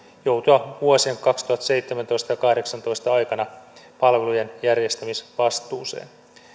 joutua vuosien kaksituhattaseitsemäntoista ja kaksituhattakahdeksantoista aikana palvelujen järjestämisvastuuseen